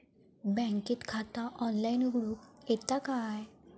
बँकेत खाता ऑनलाइन उघडूक येता काय?